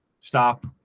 stop